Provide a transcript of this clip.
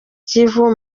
kivu